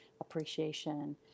appreciation